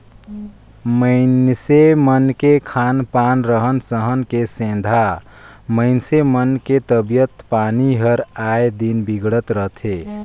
मइनसे मन के खान पान, रहन सहन के सेंधा मइनसे मन के तबियत पानी हर आय दिन बिगड़त रथे